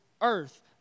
earth